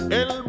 el